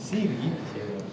siri !chey! !wah!